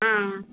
हाँ